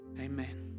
Amen